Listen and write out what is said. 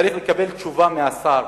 צריך לקבל תשובה מהשר,